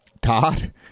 Todd